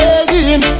again